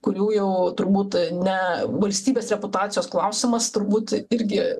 kurių jau turbūt ne valstybės reputacijos klausimas turbūt irgi